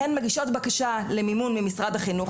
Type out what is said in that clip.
הן מגישות בקשה למימון ממשרד החינוך,